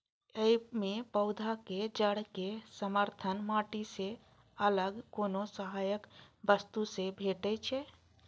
अय मे पौधाक जड़ कें समर्थन माटि सं अलग कोनो सहायक वस्तु सं भेटै छै